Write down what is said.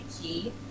Key